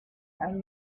her